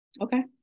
Okay